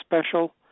special